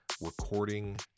recording